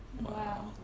Wow